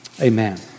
Amen